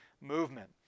movement